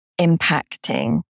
impacting